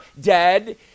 dead